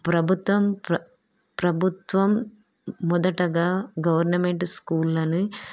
ప్రభుత్వం ప్ర ప్రభుత్వం మొదటగా గవర్నమెంట్ స్కూళ్ళని